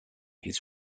his